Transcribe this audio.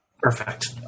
Perfect